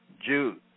Jude